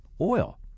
oil